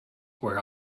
where